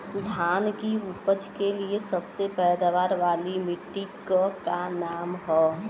धान की उपज के लिए सबसे पैदावार वाली मिट्टी क का नाम ह?